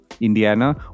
Indiana